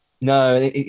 No